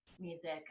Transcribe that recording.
music